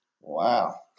Wow